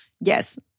yes